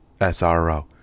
SRO